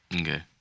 Okay